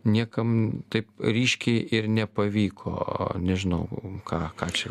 niekam taip ryškiai ir nepavyko nežinau ką ką čia